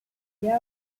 year